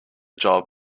job